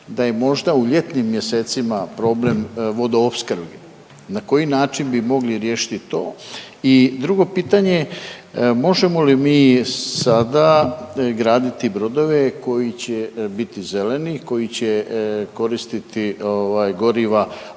da je možda u ljetnim mjesecima problem vodoopskrbe, na koji način bi mogli riješiti to? I drugo pitanje, možemo li mi sada graditi brodove koji će biti zeleni, koji će koristiti ovaj